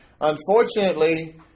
unfortunately